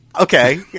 Okay